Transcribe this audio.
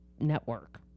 network